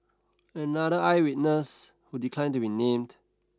another eye witness who declined to be named